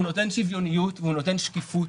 הוא שוויוניות והוא נותן שקיפות,